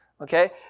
okay